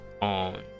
on